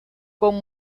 con